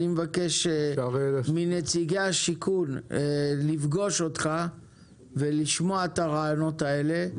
אני מבקש מנציגי משרד השיכון לפגוש אותך ולשמוע את הרעיונות האלה.